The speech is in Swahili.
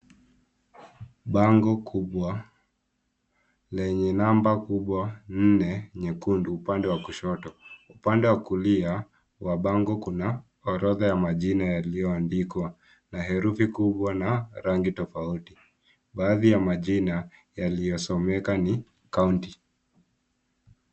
Bango kubwa lenye namba kubwa nne nyekundu upande wa kushoto, upande wa kulia wa ango kuna orodha ya majina yaliyoandikwa na herufi kubwa na rangi tofauti, baadhi ya majina yaliyosomeka ni County.